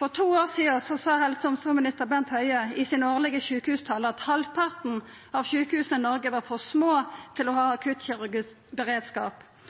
For to år sidan sa helse- og omsorgsminister Bent Høie i sin årlege sjukehustale at halvparten av sjukehusa i Noreg var for små til å ha